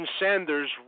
Sanders